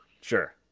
Sure